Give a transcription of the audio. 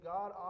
God